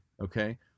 okay